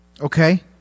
okay